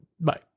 Bye